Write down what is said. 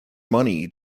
money